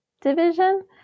division